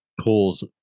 pulls